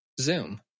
Zoom